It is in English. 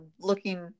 looking